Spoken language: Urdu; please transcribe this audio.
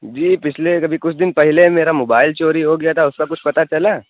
جی پچھلے ابھی كچھ دِن پہلے ہی میرا موبائل چوری ہو گیا تھا اُس كا كچھ پتہ چلا